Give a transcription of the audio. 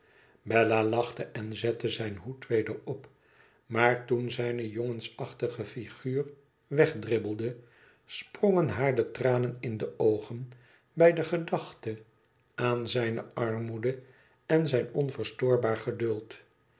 bella lachte en zette zijn hoed weder op maar toen zijne jongensachtige figuur wegdribbelde sprongen haar de tranen in de oogen bij de gedachte aan zijne armoede en zijn onverstoorbaar geduld